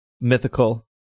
mythical